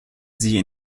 sie